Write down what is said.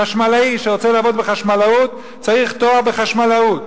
חשמלאי שרוצה לעבוד בחשמלאות צריך תואר בחשמלאות.